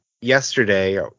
yesterday